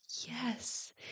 yes